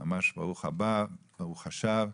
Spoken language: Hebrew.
ברוך הבא, ברוך השב,